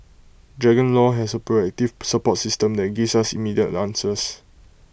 dragon law has A proactive support system that gives us immediate answers